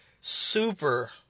super